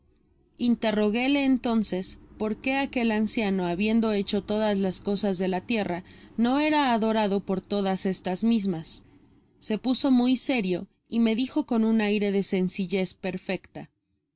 estrellas intorroguéle entonces por qué aquel anciano habiendo heche todas las cosas de la tierra no era adorado por todas estas mismas se puso muy serio y me dijo con un aire de sencillez perfecta